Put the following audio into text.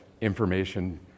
information